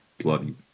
bloody